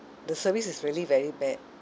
the service is really very bad